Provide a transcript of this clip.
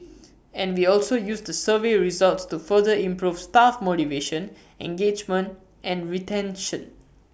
and we also use the survey results to further improve staff motivation engagement and retention